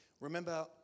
Remember